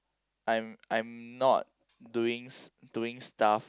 I'm I'm not doing s~ doing stuff